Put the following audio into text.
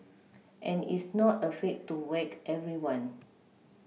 and is not afraid to whack everyone